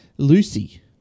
Lucy